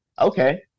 Okay